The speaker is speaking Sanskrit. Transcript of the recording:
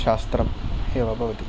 शास्त्रम् एव भवति